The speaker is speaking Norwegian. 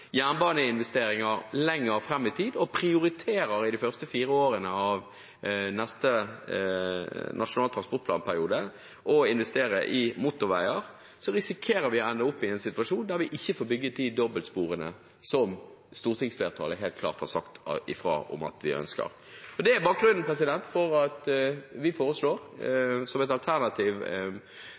jernbaneinvesteringer lenger fram i tid og prioriterer i de første fire årene av neste Nasjonal transportplan-periode å investere i motorveier, risikerer vi å ende opp i en situasjon der vi ikke får bygget de dobbeltsporene som stortingsflertallet helt klart har sagt fra om at vi ønsker. Det er bakgrunnen for at SV foreslår – som et alternativ